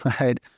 right